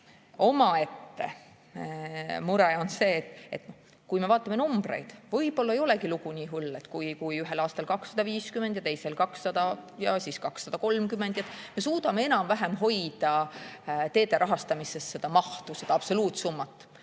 Omaette mure on see, et kui me vaatame numbreid, siis võib-olla ei tundugi lugu nii hull, kui ühel aastal on 250 ja teisel 200 ja siis 230, me suudame enam-vähem hoida teede rahastamises seda mahtu, seda absoluutsummat,